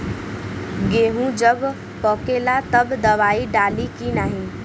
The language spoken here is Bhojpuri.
गेहूँ जब पकेला तब दवाई डाली की नाही?